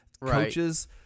coaches